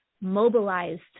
mobilized